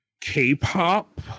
k-pop